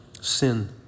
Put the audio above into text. sin